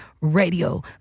Radio